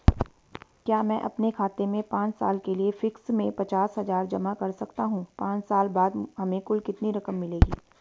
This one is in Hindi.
क्या मैं अपने खाते में पांच साल के लिए फिक्स में पचास हज़ार जमा कर सकता हूँ पांच साल बाद हमें कुल कितनी रकम मिलेगी?